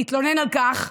התלונן על כך,